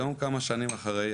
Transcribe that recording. היום כמה שנים אחרי,